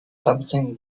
something